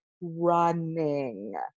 running